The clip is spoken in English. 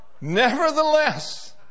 Nevertheless